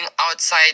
outside